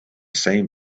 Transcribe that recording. same